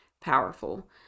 powerful